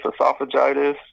esophagitis